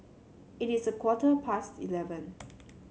it is a quarter past eleven